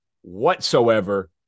whatsoever